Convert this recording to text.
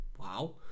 wow